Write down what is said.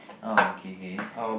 oh K K